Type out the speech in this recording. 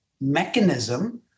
mechanism